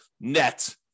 net